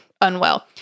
unwell